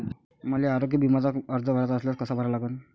मले आरोग्य बिम्याचा अर्ज भराचा असल्यास कसा भरा लागन?